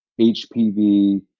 HPV